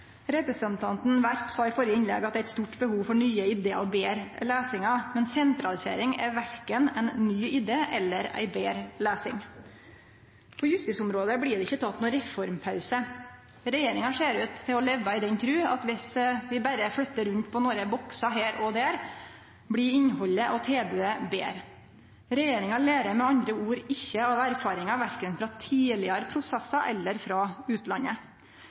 Representanten Werp sa i førre innlegg at det er eit stort behov for nye idéar og betre løysingar, men sentralisering er verken ein ny idé eller ei betre løysing. På justisområdet blir det ikkje teke nokon reformpause. Regjeringa ser ut til å leve i den trua at viss vi berre flyttar rundt på nokre boksar her og der, blir innhaldet og tilbodet betre. Regjeringa lærer med andre ord ikkje av erfaringar, verken frå tidlegare prosessar eller frå utlandet.